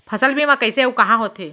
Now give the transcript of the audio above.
फसल बीमा कइसे अऊ कहाँ होथे?